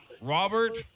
Robert